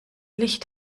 licht